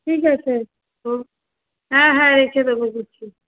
ঠিক আছে হুম হ্যাঁ হ্যাঁ রেখে দেবো গুছিয়ে